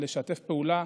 לשתף פעולה.